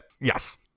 Yes